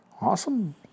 Awesome